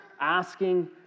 asking